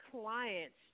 clients